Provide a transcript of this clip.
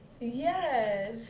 Yes